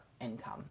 income